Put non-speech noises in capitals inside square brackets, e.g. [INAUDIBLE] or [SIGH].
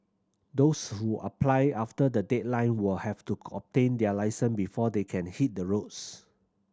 those who apply after the deadline will have to [UNINTELLIGIBLE] their licence before they can hit the roads